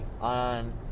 on